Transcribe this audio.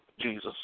Jesus